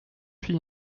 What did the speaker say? fille